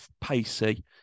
pacey